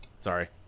Sorry